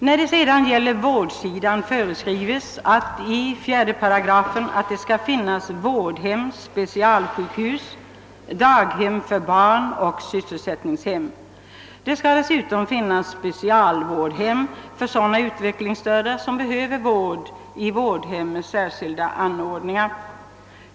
Vad beträffar vårdsidan föreskrivs i 4 § att det skall finnas vårdhem, specialsjukhus, daghem för barn och sysselsättningshem. Det skall dessutom finnas specialvårdhem för sådana utvecklingsstörda som behöver vård i vårdhem med särskilda anordningar.